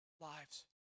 lives